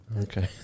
Okay